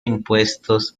impuestos